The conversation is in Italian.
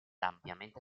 ampiamente